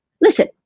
listen